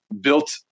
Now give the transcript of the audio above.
built